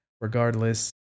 regardless